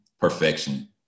perfection